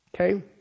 Okay